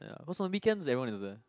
ya cause on weekends that wasn't